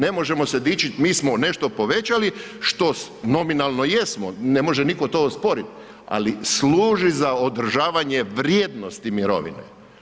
Ne možemo se dići mi smo nešto povećali što, nominalno jesmo ne može nitko to osporiti, ali služi za održavanje vrijednosti mirovine.